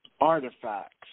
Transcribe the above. artifacts